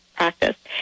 practice